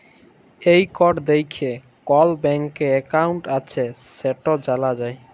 এই কড দ্যাইখে কল ব্যাংকে একাউল্ট আছে সেট জালা যায়